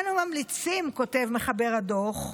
"אנו ממליצים" כותב מחבר הדוח,